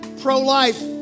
Pro-life